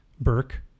Burke